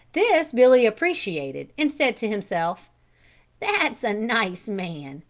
this billy appreciated and said to himself that's a nice man.